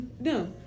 No